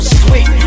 sweet